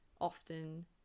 often